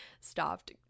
stopped